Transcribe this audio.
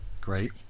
Great